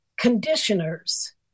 conditioners